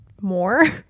more